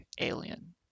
alien